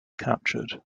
captured